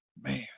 Man